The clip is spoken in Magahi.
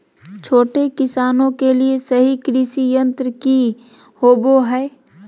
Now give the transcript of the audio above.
छोटे किसानों के लिए सही कृषि यंत्र कि होवय हैय?